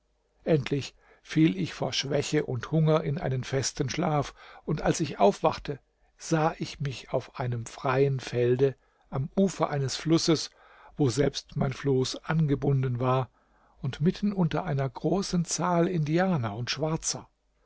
endlich fiel ich vor schwäche und hunger in einen festen schlaf und als ich aufwachte sah ich mich auf einem freien felde am ufer eines flusses woselbst mein floß angebunden war und mitten unter einer großen zahl indianer und schwarzer